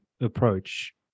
approach